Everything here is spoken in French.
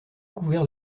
couvert